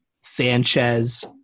Sanchez